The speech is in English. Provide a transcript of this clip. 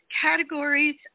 categories